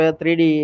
3d